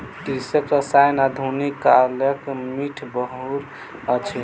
कृषि रसायन आधुनिक कालक मीठ माहुर अछि